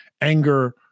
anger